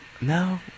No